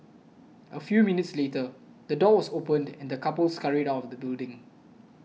a few minutes later the door was opened and the couple scurried out the building